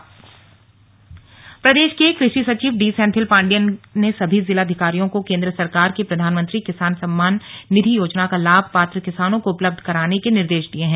slug कृषि सचिव प्रदेश के ं कृषि सचिव डी सैंथिल पाण्डियन ने सभी जिलाधिकारियों को केंद्र सरकार की प्रधानमंत्री किसान सम्मान निधि योजना का लाभ पात्र किसानों को उपलब्ध कराने के निर्देश दिये हैं